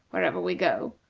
wherever we go.